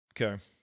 Okay